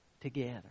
together